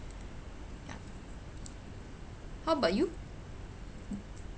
ya how about you